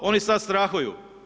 Oni sad strahuju.